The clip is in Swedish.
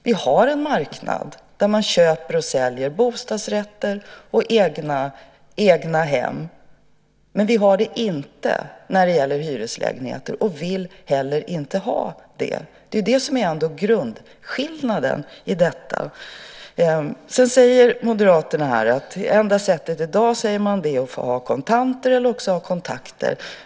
Vi har en marknad där man köper och säljer bostadsrätter och egnahem, men vi har det inte när det gäller hyreslägenheter - och vill heller inte ha det. Det är det som är grundskillnaden i detta. Moderaterna säger att det enda sättet i dag är att ha kontanter eller kontakter.